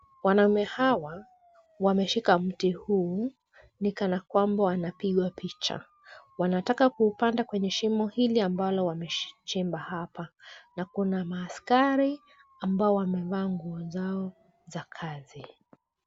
Wanaume hawa wameshika mti huu, ni kana kwamba wanapigwa picha. Wanataka kuupanda kwenye shimo hili ambalo wamechimba hapa. Na kuna maaskari ambao wamevaa nguo zao za kazi.